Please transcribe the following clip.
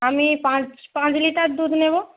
আমি পাঁচ পাঁচ লিটার দুধ নেব